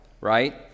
right